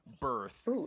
birth